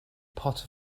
pot